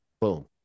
boom